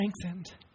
strengthened